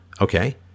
okay